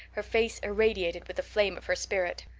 her face irradiated with the flame of her spirit.